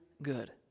good